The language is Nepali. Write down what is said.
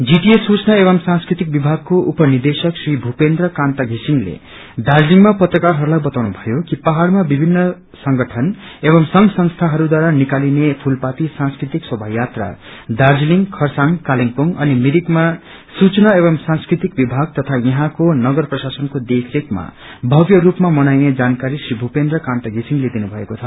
जीटीए सूचना एंव सांस्कृतिक विभागको उप निदेशक श्री भुपेन्द्र कान्त घिसिंगले दार्जीलिङमा पत्रकारहरूलाई बताउनु भयो कि पहाड़मा विभिन्न संगठन एंव संघ संस्थाहरूद्वारा निकालिने फुलपाती सांस्कृतिक शोभा यात्रा दार्जीलिङ खरसाङ कालेबुङ अनि मिरिकमा सूचना एवं सांस्कृतिक विभाग तथा यहाँको नगर प्रशासनको देखरेखमा भव्य रूपमा मनाइने जानकारी श्री भुपेन्द्र कान्त घिसिंगले दिनु भएको छ